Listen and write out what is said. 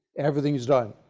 everything is done.